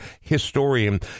historian